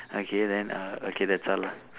okay then uh okay that's all